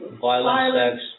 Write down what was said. violence